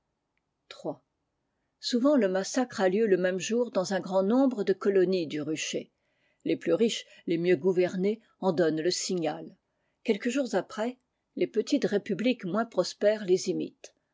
iii souvent le massacre a lieu le même jour dans un grand nombre de colonies du rucher les plus riches les mieux gouvernées en donnent le signal quelques jours après les petites républiques moins prospères les imitent